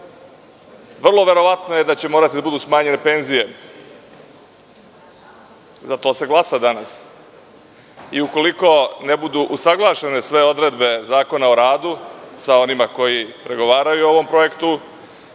vrlo verovatno je da će morati da budu smanjene penzije. Za to se glasa danas. Ukoliko ne budu usaglašene sve odredbe Zakona o radu sa onima koji pregovaraju o ovom projektu,